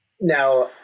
Now